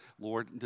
Lord